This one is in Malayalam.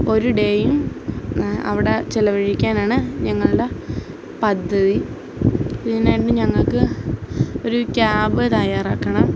ഒര് ഡേയും അവിടെ ചിലവഴിക്കാനാണ് ഞങ്ങളുടെ പദ്ധതി ഇതിനായിട്ട് ഞങ്ങക്ക് ഒര് ക്യാബ് തയാറാക്കണം